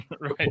Right